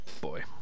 boy